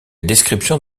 description